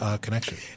connection